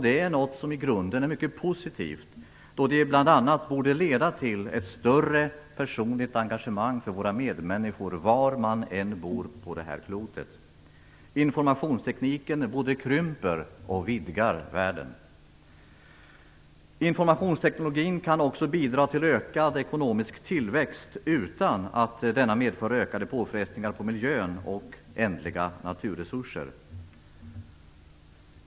Detta är något i grunden mycket positivt, då det bl.a. borde leda till ett större personligt engagemang för våra medmänniskor var man än bor på det här klotet. Informationstekniken både krymper och vidgar världen. Informationstekniken kan också bidra till ökad ekonomisk tillväxt utan att denna medför ökade påfrestningar på miljön och de ändliga naturresurserna.